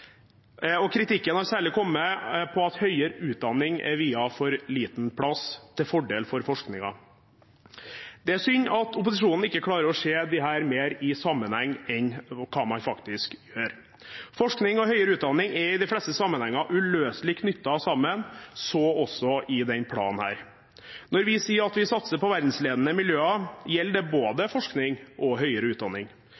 svakhet. Kritikken har særlig kommet for at høyere utdanning er viet for liten plass til fordel for forskningen. Det er synd at opposisjonen ikke klarer å se disse mer i sammenheng enn det man faktisk gjør. Forskning og høyere utdanning er i de fleste sammenhenger uløselig knyttet sammen – så også i denne planen. Når vi sier at vi satser på verdensledende miljøer, gjelder det både forskning og høyere utdanning.